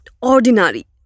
ordinary